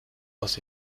aus